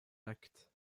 actes